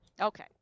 Okay